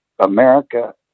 America